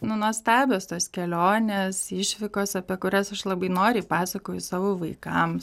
nu nuostabios tos kelionės išvykos apie kurias aš labai noriai pasakoju savo vaikams